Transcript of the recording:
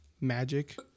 Magic